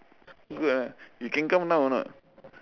good ah you can come down or not